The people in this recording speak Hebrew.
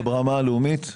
זה ברמה הלאומית.